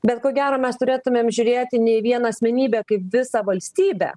bet ko gero mes turėtumėm žiūrėti ne į vieną asmenybę kaip visą valstybę